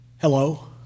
Hello